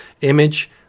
image